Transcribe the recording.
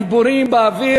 דיבורים באוויר.